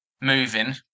moving